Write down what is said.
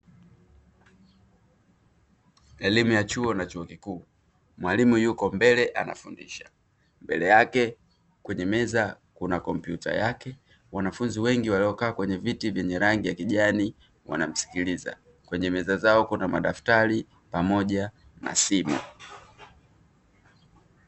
Elimu ya chuo na chuo kikuu; mwalimu yuko mbele anafundisha, mbele yake kwenye meza kuna kompyuta yake. Wanafunzi wengi waliokaa kwenye viti vya rangi ya kijani, wanamsikiliza. Kwenye meza zao kuna madaftari pamoja na simu.